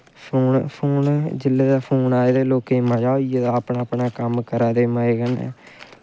जिसले दा फोन आए दा लोकें गी मजे होई गेदे कम्म करा दे अपने अपने